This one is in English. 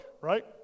right